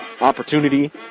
opportunity